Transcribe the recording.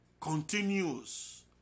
continues